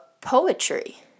poetry